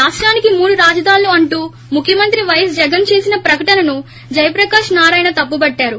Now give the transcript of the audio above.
రాష్టానికి మూడు రాజధానులు అంటూ ముఖ్యమంత్రి వైఎస్ జగన్ చేసిన ప్రకటనను జయప్రకాష్ నారాయణ తప్పుపట్టారు